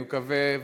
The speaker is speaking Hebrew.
אני מקווה,